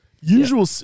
usual